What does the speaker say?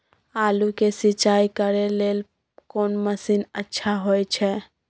आलू के सिंचाई करे लेल कोन मसीन अच्छा होय छै?